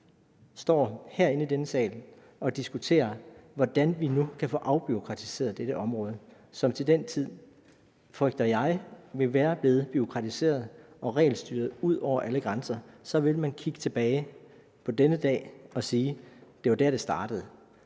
står i denne sal og diskuterer, hvordan vi nu kan få afbureaukratiseret dette område, som til den tid – frygter jeg – vil være blevet bureaukratiseret og regelstyret ud over alle grænser, vil man kigge tilbage på denne dag og sige: Det var der, det startede.